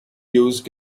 use